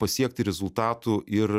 pasiekti rezultatų ir